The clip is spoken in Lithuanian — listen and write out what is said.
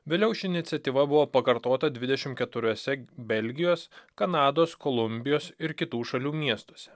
vėliau ši iniciatyva buvo pakartota dvidešim keturiuose belgijos kanados kolumbijos ir kitų šalių miestuose